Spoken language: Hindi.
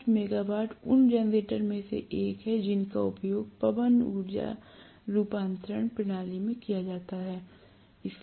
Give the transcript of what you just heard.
5 मेगावाट उन जनरेटर में से एक है जिनका उपयोग पवन ऊर्जा रूपांतरण प्रणाली के साथ किया जा रहा है